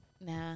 Nah